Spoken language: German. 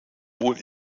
wohl